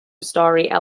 storey